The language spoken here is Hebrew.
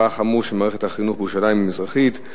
החמור של מערכת החינוך בירושלים המזרחית,